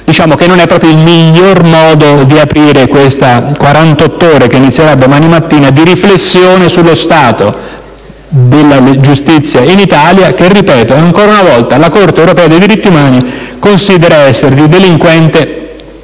diciamo che non è proprio il miglior modo di aprire questa quarantott'ore, che inizierà domani mattina, di riflessione sullo stato della giustizia in Italia che - ripeto - ancora una volta la Corte europea dei diritti umani considera essere delinquente